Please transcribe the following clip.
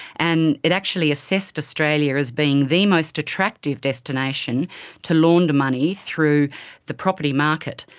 and it actually assessed australia as being the most attractive destination to launder money through the property market.